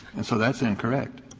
and so that's incorrect.